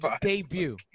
debut